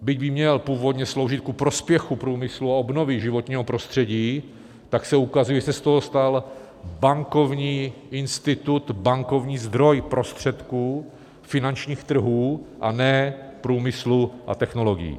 Byť by měl původně sloužit ku prospěchu průmyslu a obnovy životního prostředí, tak se ukazuje, že se z toho stal bankovní institut, bankovní zdroj prostředků finančních trhů, a ne průmyslu a technologií.